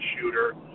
shooter